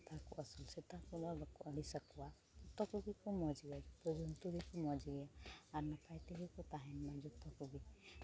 ᱥᱮᱛᱟ ᱠᱚ ᱟᱹᱥᱩᱞ ᱥᱮᱛᱟ ᱠᱚᱫᱚ ᱵᱟᱠᱚ ᱟᱲᱤᱥᱟᱠᱚᱣᱟ ᱡᱚᱛᱚ ᱠᱚᱜᱮ ᱠᱩ ᱢᱚᱡᱽ ᱜᱮᱭᱟ ᱡᱚᱛᱚ ᱡᱚᱱᱛᱩ ᱜᱮᱠᱚ ᱢᱚᱡᱽ ᱜᱮᱭᱟ ᱟᱨ ᱱᱟᱯᱟᱭ ᱛᱮᱜᱮ ᱠᱚ ᱛᱟᱦᱮᱱ ᱢᱟ ᱡᱚᱛᱚ ᱠᱚᱜᱮ